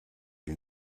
die